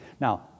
Now